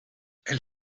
elle